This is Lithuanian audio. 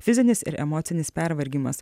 fizinis ir emocinis pervargimas